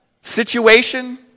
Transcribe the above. situation